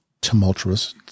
tumultuous